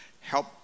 help